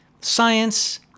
science